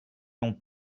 l’on